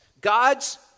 God's